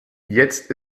jetzt